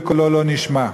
וקולו לא נשמע.